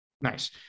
Nice